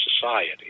society